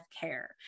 care